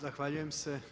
Zahvaljujem se.